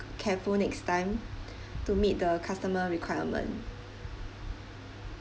careful next time to meet the customer requirement